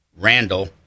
Randall